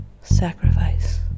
sacrifice